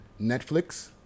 Netflix